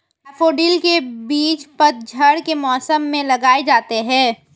daffodil के बीज पतझड़ के मौसम में लगाए जाते हैं